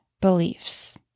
beliefs